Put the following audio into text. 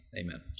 Amen